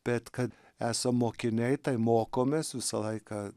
bet kad esam mokiniai tai mokomės visą laiką